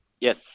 yes